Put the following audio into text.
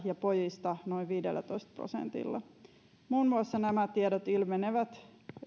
ja pojista noin viidellätoista prosentilla muun muassa nämä tiedot ilmenevät